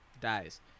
Dies